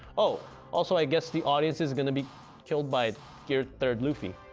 oh also i guess the audience is going to be killed by gear third luffy,